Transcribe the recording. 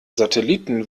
satelliten